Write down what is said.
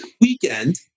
weekend